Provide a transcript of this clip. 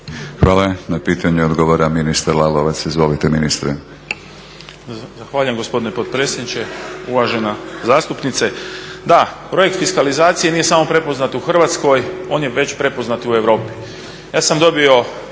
Hvala. Na pitanje odgovora ministar Lalovac. Izvolite ministre.